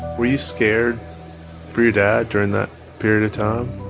were you scared for your dad during that period of time?